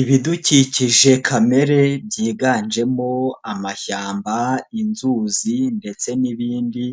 Ibidukikije kamere byiganjemo: amashyamba, inzuzi ndetse n'ibindi,